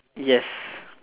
yes